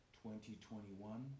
2021